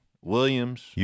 Williams